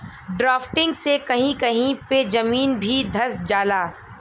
drafting से कही कही पे जमीन भी धंस जाला